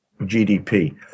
GDP